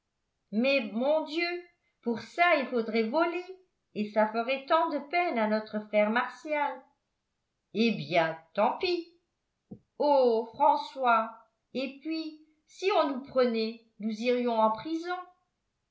mais mon dieu pour ça il faudrait voler et ça ferait tant de peine à notre frère martial eh bien tant pis oh françois et puis si on nous prenait nous irions en prison